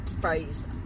phrase